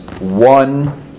one